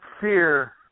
fear